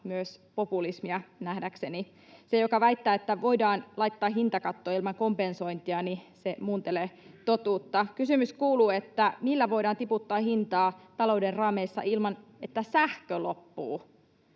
myös populismia, nähdäkseni. Se, joka väittää, että voidaan laittaa hintakatto ilman kompensointia, muuntelee totuutta. Kysymys kuuluu, millä voidaan tiputtaa hintaa talouden raameissa ilman, että sähkö loppuu.